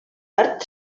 art